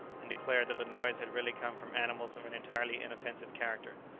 and declared that the noise had really come from animals of an entirely inoffensive character.